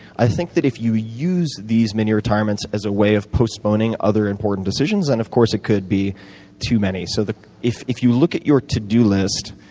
i think that if you use these mini-retirements as a way of postponing other important decisions, and of course it could be too many. so if if you look at your to-do list,